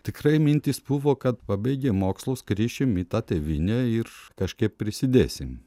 tikrai mintys buvo kad pabaigę mokslus grįšim į tą tėvyne ir kažkaip prisidėsim